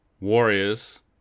Warriors